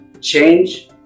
change